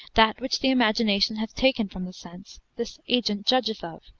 that which the imagination hath taken from the sense, this agent judgeth of,